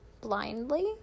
blindly